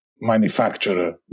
manufacturer